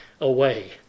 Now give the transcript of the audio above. away